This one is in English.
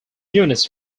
units